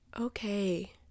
okay